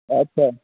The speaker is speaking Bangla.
আচ্ছা